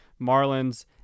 Marlins